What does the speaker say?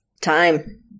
time